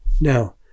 now